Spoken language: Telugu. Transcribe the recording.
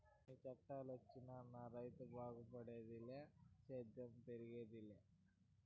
ఎన్ని చట్టాలొచ్చినా నా రైతు బాగుపడేదిలే సేద్యం పెరిగేదెలా